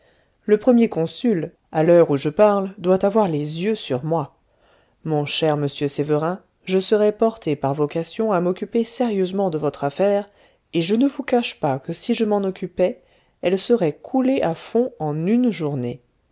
le premier consul à l'heure où je parle doit avoir les yeux sur moi mon cher monsieur sévérin je serais porté par vocation à m'occuper sérieusement de votre affaire et je ne vous cache pas que si je m'en occupais elle serait coulée à fond en une journée